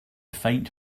faint